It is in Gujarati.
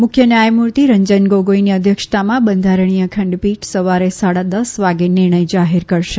મુખ્ય ન્યાયમૂર્તિ રંજન ગોગોઇની અધ્યક્ષતામાં બંધારણીય ખંડપીઠ સવારે સાડા દસ વાગે નિર્ણય જાહેર કરશે